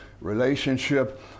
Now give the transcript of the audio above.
relationship